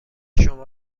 شما